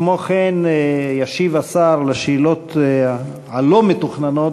כמו כן ישיב השר על שאלות לא מתוכננות